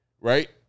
right